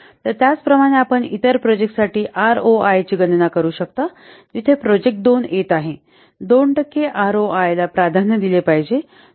तर त्याचप्रमाणे आपण इतर प्रोजेक्ट साठी आरओआयची गणना करू शकता जिथे प्रोजेक्ट 2 येत आहे 2 टक्के आरओआयला प्राधान्य दिले पाहिजे